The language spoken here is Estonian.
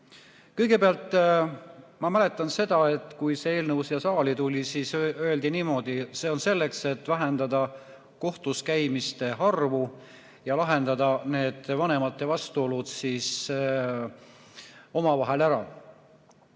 täida. Kõigepealt, ma mäletan seda, et kui see eelnõu siia saali tuli, siis öeldi niimoodi, et see on selleks, et vähendada kohtuskäimiste arvu ja lahendada need vanemate vastuolud omavahel ära.